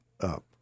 up